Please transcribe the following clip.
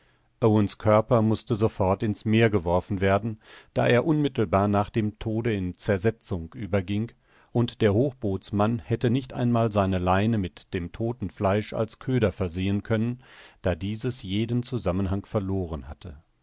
owen's körper mußte sofort in's meer geworfen werden da er unmittelbar nach dem tode in zersetzung überging und der hochbootsmann hätte nicht einmal seine leine mit dem todten fleisch als köder versehen können da dieses jeden zusammenhang verloren hatte